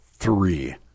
three